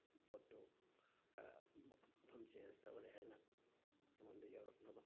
ꯄꯣꯠꯇꯨ ꯃꯐꯝ ꯆꯦꯟꯖ ꯇꯧꯔꯦ ꯍꯥꯏꯅ ꯑꯩꯉꯣꯟꯗ ꯌꯧꯔꯛꯅꯕ